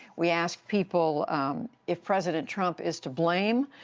we asked people if president trump is to blame.